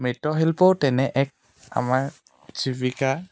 মৃৎশিল্পও তেনে এক আমাৰ জীৱিকা